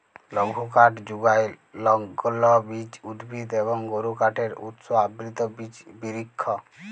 লঘুকাঠ যুগায় লগ্লবীজ উদ্ভিদ এবং গুরুকাঠের উৎস আবৃত বিচ বিরিক্ষ